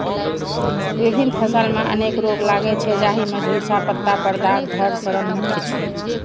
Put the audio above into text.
विभिन्न फसल मे अनेक रोग लागै छै, जाहि मे झुलसा, पत्ता पर दाग, धड़ सड़न मुख्य छै